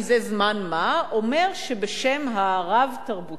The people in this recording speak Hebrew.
מזה זמן מה אומר שבשם הרב-תרבותיות,